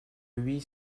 huit